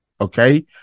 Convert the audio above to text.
Okay